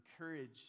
encourage